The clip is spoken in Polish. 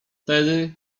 wtedy